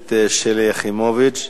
הכנסת שלי יחימוביץ,